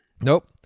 Nope